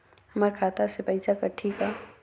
हमर खाता से पइसा कठी का?